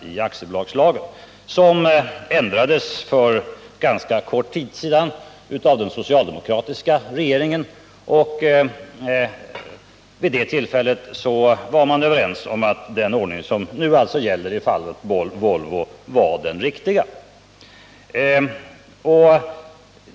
24 januari 1979 Denna ändrades för ganska kort tid sedan av den socialdemokratiska regeringen, och vid det tillfället var vi överens om att den ordning som således nu gäller också i fallet Volvo var den riktiga.